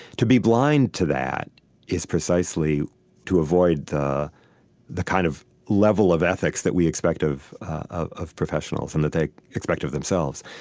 to be blind to that is precisely to avoid the the kind of level of ethics that we expect of of professionals and that they expect of themselves.